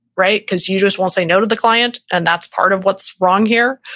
right? because you just won't say no to the client. and that's part of what's wrong here.